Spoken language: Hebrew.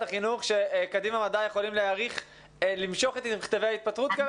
החינוך שקדימה מדע יכולה למשוך את מכתבי הפיטורים?